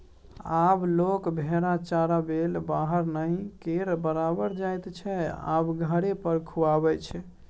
आब लोक भेरा चराबैलेल बाहर नहि केर बराबर जाइत छै आब घरे पर खुआबै छै